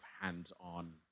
hands-on